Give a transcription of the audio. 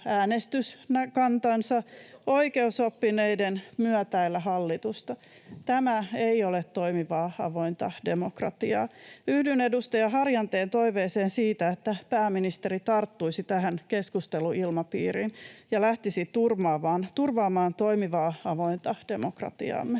äänestyskantansa, oikeusoppineiden myötäillä hallitusta. [Sheikki Laakson välihuuto] Tämä ei ole toimivaa, avointa demokratiaa. Yhdyn edustaja Harjanteen toiveeseen siitä, että pääministeri tarttuisi tähän keskusteluilmapiiriin ja lähtisi turvaamaan toimivaa, avointa demokratiaamme.